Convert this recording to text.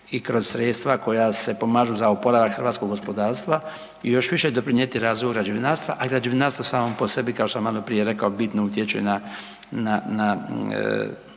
i kroz sredstva koja se pomažu za oporavak hrvatskog gospodarstva još više doprinijeti razvoju građevinarstva, a građevinarstvo samo po sebi kao što sam malo prije rekao bitno utječe na,